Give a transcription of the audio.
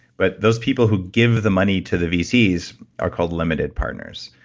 but those people who give the money to the vcs are called limited partners.